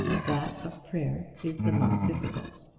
that of prayer is the most difficult.